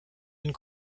and